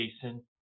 Jason